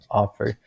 offer，